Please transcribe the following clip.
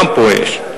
גם פה יש.